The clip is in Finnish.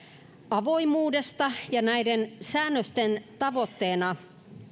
avoimuudesta ja näiden säännösten tavoitteena